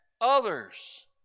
others